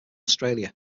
australia